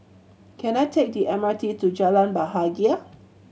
can I take the M R T to Jalan Bahagia